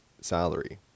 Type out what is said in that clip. salary